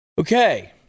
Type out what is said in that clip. Okay